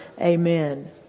Amen